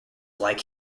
like